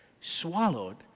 swallowed